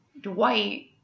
Dwight